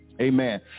Amen